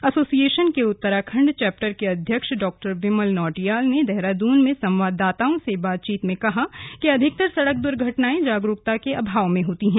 association के Uttarakhand chapter के अध्यक्ष डॉ विमल नौटियाल ने देहरादून में संवाददाताओं से बातचीत में कहा कि अधिकतर सड़क द्र्घटनांए जागरूकता के अभाव में होती हैं